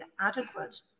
inadequate